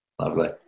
Lovely